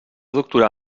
doctorar